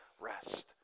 rest